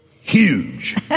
huge